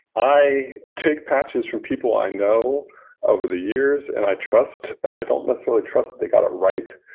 i take patches from people i know over the years and i trust and i don't necessarily trust they got it right.